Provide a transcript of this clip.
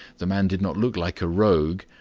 the man did not look like a rogue,